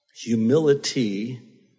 Humility